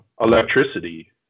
electricity